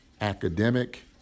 academic